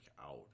out